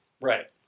Right